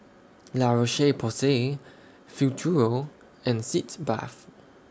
La Roche Porsay Futuro and Sitz Bath